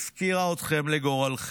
היא הפקירה אתכם לגורלכם,